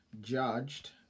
judged